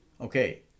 Okay